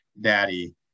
Daddy